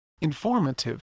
informative